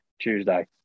Tuesday